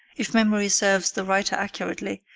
if memory serves the writer accurately,